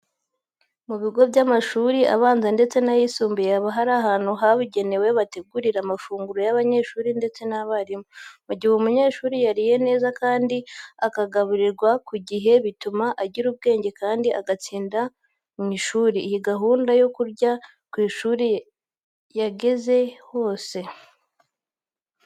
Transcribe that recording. Mu bigo by'amashuri abanza ndetse n'ayisumbuye haba hari ahantu habugenewe bategurira amafunguro y'abanyeshuri ndetse n'abarimu. Mu gihe umunyeshuri yariye neza kandi akagaburirwa ku gihe, bituma agira ubwenge kandi agatsinda mu ishuri. Iyi gahunda yo kurya ku ishuri yaziye igihe.